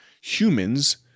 humans